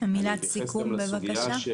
מילת סיכום בבקשה.